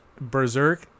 Berserk